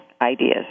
ideas